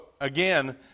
again